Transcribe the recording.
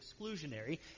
exclusionary